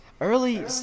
Early